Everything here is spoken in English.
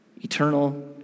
Eternal